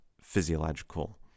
physiological